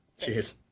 cheers